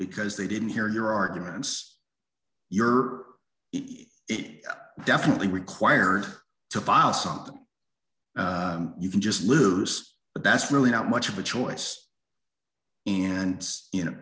because they didn't hear your arguments you're definitely required to file something you can just live but that's really not much of a choice and you know